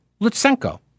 Lutsenko